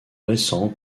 récent